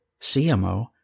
CMO